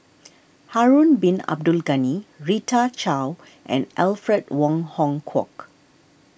Harun Bin Abdul Ghani Rita Chao and Alfred Wong Hong Kwok